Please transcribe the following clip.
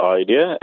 idea